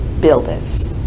builders